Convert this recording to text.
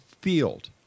field